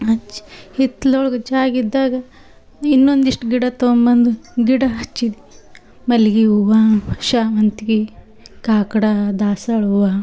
ಆಚೆ ಹಿತ್ಲೊಳ್ಗ ಜಾಗಿದ್ದಾಗ ಇನ್ನೊಂದಿಷ್ಟು ಗಿಡ ತಗೊಂಡು ಬಂದು ಗಿಡ ಹಚ್ಚಿದಿ ಮಲ್ಲಿಗಿ ಹೂವ ಶಾವಂತ್ಗಿ ಕಾಕಡ ದಾಸ್ವಾಳ ಹೂವ